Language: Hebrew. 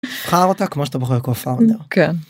תבחר אותה כמו שאתה בוחר כוס.. כן.